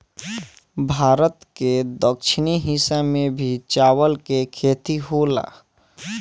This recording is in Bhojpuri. भारत के दक्षिणी हिस्सा में भी चावल के खेती होला